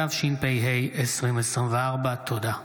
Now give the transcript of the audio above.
התשפ"ה 2024. תודה.